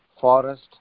Forest